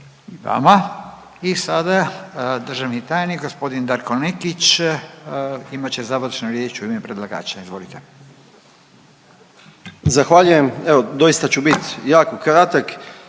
Hvala. I sada državni tajnik g. Darko Nekić imat će završnu riječ u ime predlagača. Izvolite. **Nekić, Darko** Zahvaljujem. Evo doista ću bit jako kratak,